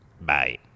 bye